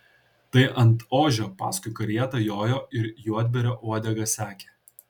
tai ant ožio paskui karietą jojo ir juodbėrio uodegą sekė